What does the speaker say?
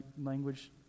language